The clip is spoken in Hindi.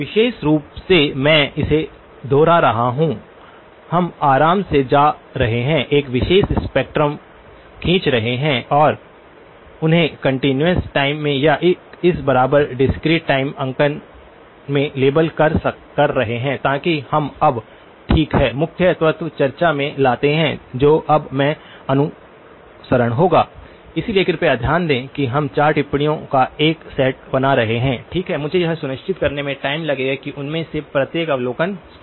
विशेष रूप से मैं इसे दोहरा रहा हूं हम आराम से जा रहे हैं एक विशेष स्पेक्ट्रम खींच रहे हैं और उन्हें कंटीन्यूअस टाइम में या इस बराबर डिस्क्रीट टाइम अंकन में लेबल कर रहे हैं ताकि हम अब ठीक हैं मुख्य तत्व चर्चा में लाते है जो अब है अनुसरण होगा इसलिए कृपया ध्यान दें कि हम चार टिप्पणियों का एक सेट बना रहे हैं ठीक है और मुझे यह सुनिश्चित करने में टाइम लगेगा कि उनमें से प्रत्येक अवलोकन स्पष्ट है